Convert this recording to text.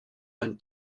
ein